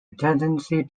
tendency